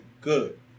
good